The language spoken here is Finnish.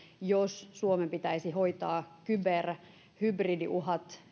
jos suomen pitäisi hoitaa kyber ja hybridiuhkien